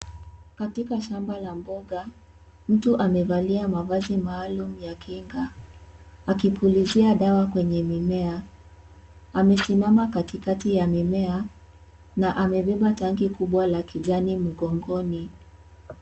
Katiak shamba la mboga mtu amevalia mavazi maalum ya kinga akipulizia dawa kwenye mimea. Amesimama katikati ya mimea na anabeba tanki kubwa la kijani mgongoni.